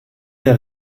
der